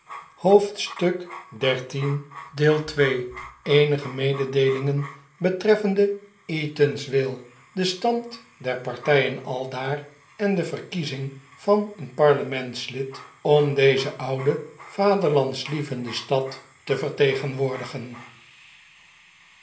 hoofdstuk xiii eenige mededeelingen betreffende eatanswill den stand der partijen aldaar en de verkiezing van een parlementslid om deze oude vaderlandslievende stad te vertegenwoordigen